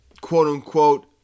quote-unquote